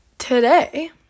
Today